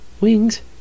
Wings